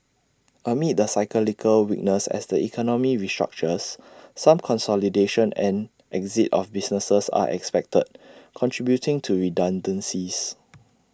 amid the cyclical weakness as the economy restructures some consolidation and exit of businesses are expected contributing to redundancies